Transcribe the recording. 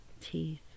teeth